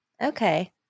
Okay